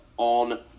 On